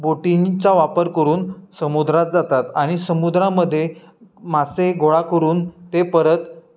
बोटींचा वापर करून समुद्रात जातात आणि समुद्रामध्ये मासे गोळा करून ते परत